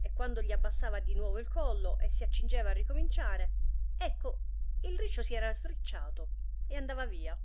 e quando gli abbassava di nuovo il collo e si accingeva a ricominciare ecco il riccio si era sricciato e andava via